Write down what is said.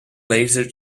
laser